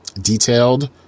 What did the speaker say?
detailed